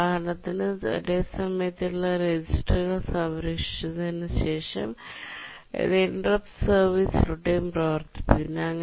ഉദാഹരണത്തിന് ഒരേസമയത്തുള്ള രജിസ്റ്ററുകൾ സംരക്ഷിച്ചതിന് ശേഷം അത് ഇന്ററപ്റ്റ് സർവീസ് റുട്ടീൻ പ്രവർത്തിപ്പിക്കുന്നു